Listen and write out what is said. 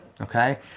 okay